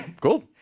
Cool